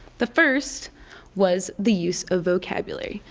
the first was the use of vocabulary.